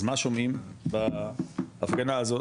אז מה שומעים בהפגנה הזאת?